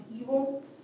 evil